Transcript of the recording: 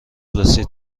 رسید